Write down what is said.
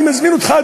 אני מזמין אותך,